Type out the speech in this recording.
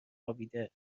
خوابیده